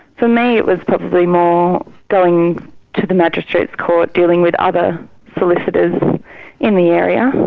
for me it was probably more going to the magistrates' court, dealing with other solicitors in the area,